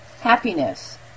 happiness